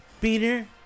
Peter